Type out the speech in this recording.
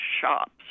shops